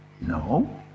No